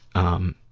um,